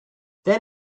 then